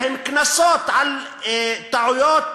קנסות על טעויות.